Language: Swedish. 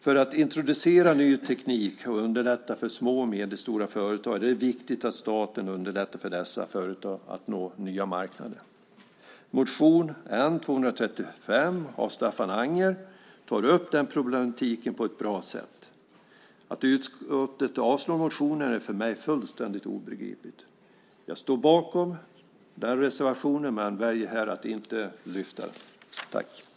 För att introducera ny teknik är det viktigt att staten underlättar för små och medelstora företag att nå nya marknader. Motion N235 av Staffan Anger tar upp den problematiken på ett bra sätt. Det är för mig fullständigt obegripligt att utskottet avstyrker motionen. Jag står bakom den reservationen men väljer här att inte yrka bifall till den.